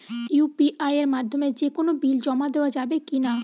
UPI এর মাধ্যমে যে কোনো বিল জমা দেওয়া যাবে কি না?